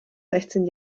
sechzehn